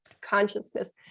consciousness